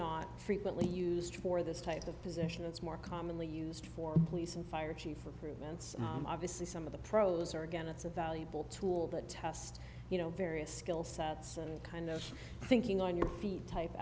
not frequently used for this type of position it's more commonly used for police and fire chiefs prevents obviously some of the pros or again it's a valuable tool that test you know various skill sets and kind of thinking on your feet type